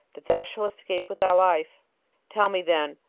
that thou shalt escape with thy life tell me, then,